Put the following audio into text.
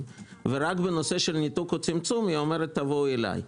ורק בנושאים של ניתוק או צמצום אומרת: תבואו אליי.